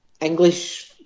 English